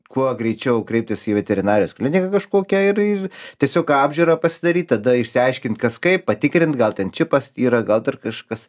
kuo greičiau kreiptis į veterinarijos kliniką kažkokią ir ir tiesiog apžiūrą pasidaryt tada išsiaiškint kas kaip patikrint gal ten čipas yra gal dar kažkas